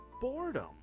boredom